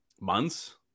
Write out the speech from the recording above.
Months